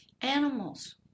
Animals